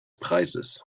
preises